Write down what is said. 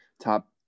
top